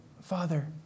Father